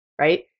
right